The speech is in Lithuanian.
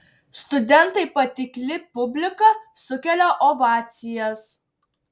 studentai patikli publika sukelia ovacijas